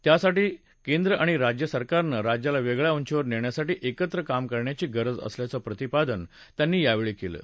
त्यासाठी केंद्र आणि राज्य सरकारनं राज्याला वक्किा उंचीवर नष्ट्यासाठी एकत्र काम करण्याची गरज असल्याचं प्रतिपादन त्यांनी यावळी कलि